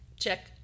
check